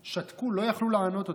שתקו, לא יכלו לענות אותו.